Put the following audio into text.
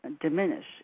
diminish